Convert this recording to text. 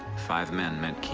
five men meant keaton